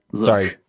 Sorry